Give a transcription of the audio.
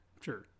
Sure